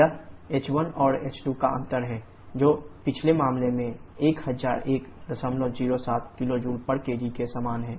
यह h1 और h2 का अंतर है जो पिछले मामले में 100107 kJkg के समान है